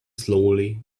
slowly